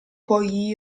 poi